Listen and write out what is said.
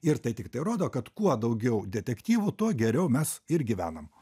ir tai tiktai rodo kad kuo daugiau detektyvų tuo geriau mes ir gyvenam